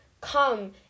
come